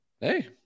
Hey